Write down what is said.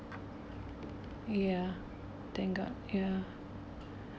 ya thank god ya